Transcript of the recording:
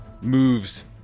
moves